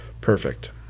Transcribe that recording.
Perfect